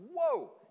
whoa